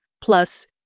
plus